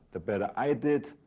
the better i did,